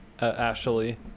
Ashley